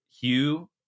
Hugh